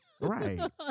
Right